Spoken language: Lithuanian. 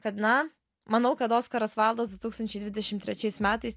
kad na manau kad oskaras vaildas du tūkstančiai dvidešim trečiais metais